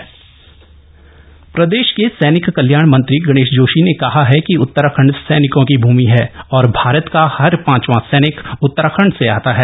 सैन्यधाम प्रदेश के सैनिक कल्याण मंत्री गणेश जोशी ने कहा है कि उत्तराखंड सैनिकों की भूमि है और भारत का हर पांचवां सैनिक उत्तराखंड से आता है